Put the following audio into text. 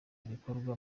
bikorwa